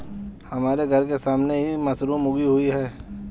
हमारे घर के सामने ही मशरूम उगी हुई है